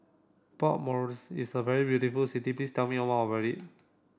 Port Moresby is a very beautiful city please tell me more about it